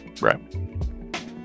Right